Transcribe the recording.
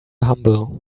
humble